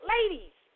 Ladies